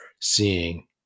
seeing